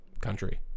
country